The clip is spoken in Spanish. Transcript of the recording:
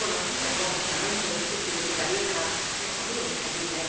conocia confusamente que su levita vieja se ponia inservible